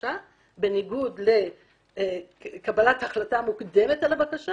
הבקשה בניגוד לקבלת החלטה מוקדמת על הבקשה